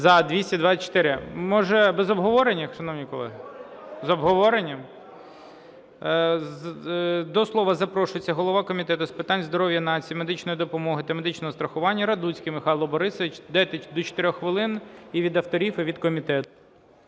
За-224 Може без обговорення, шановні колеги? З обговоренням? До слова запрошується голова Комітету з питань здоров'я нації, медичної допомоги та медичного страхування Радуцький Михайло Борисович. Дайте до 4-х хвилин і від авторів і від комітету.